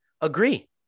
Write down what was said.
agree